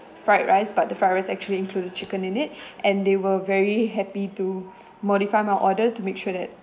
fried rice but the fried rice actually included chicken in it and they were very happy to modify my order to make sure that